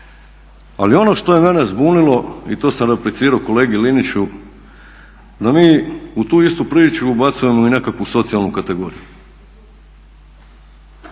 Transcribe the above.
Ali ono što je mene zbunilo i to sam replicirao kolegi Liniću da mi u tu istu priču ubacujemo i nekakvu socijalnu kategoriju.